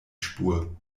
spur